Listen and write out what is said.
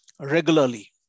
Regularly